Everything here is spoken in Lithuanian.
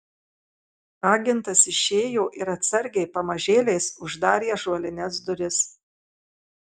agentas išėjo ir atsargiai pamažėliais uždarė ąžuolines duris